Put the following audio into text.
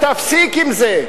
תפסיק עם זה.